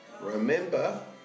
remember